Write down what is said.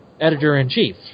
editor-in-chief